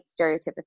stereotypically